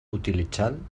utilitzant